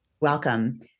Welcome